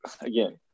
Again